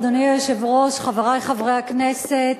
אדוני היושב-ראש, חברי חברי הכנסת,